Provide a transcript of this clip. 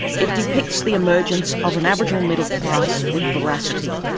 it depicts the emergence of an aboriginal middle class with veracity,